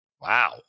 Wow